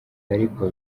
ariko